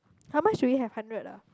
how much do we have hundred ah